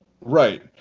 right